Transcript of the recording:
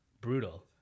brutal